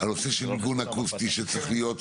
הנושא של מיגון אקוסטי שצריך להיות,